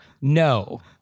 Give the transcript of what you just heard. no